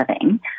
living